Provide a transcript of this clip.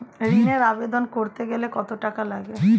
ঋণের আবেদন করতে গেলে কত টাকা লাগে?